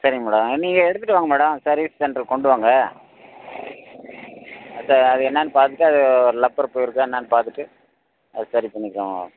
சரிங்க மேடம் நீங்கள் எடுத்துட்டு வாங்க மேடம் சர்வீஸ் சென்டருக்கு கொண்டு வாங்க அதை அது என்னென்னு பார்த்துட்டு அது ஒரு லப்பர் போய்ருக்கா என்னென்னு பார்த்துட்டு அதை சரி பண்ணிக்கலாம்